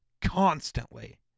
constantly